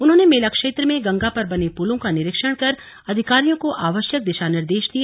उन्होंने मेला क्षेत्र में गंगा पर बने पुलों का निरीक्षण कर अधिकारियो को आवश्यक दिशा निर्देश दिए